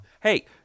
Hey